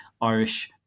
Irish